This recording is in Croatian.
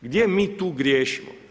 Gdje mi tu griješimo?